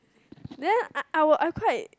then I were I quite